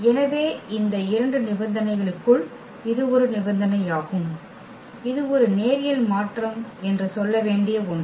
எனவே இந்த இரண்டு நிபந்தனைகளுக்குள் இது ஒரு நிபந்தனையாகும் இது ஒரு நேரியல் மாற்றம் என்று சொல்ல வேண்டிய ஒன்று